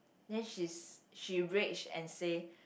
then she's she rage and say